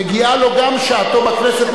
מגיעה לו גם שעתו בכנסת.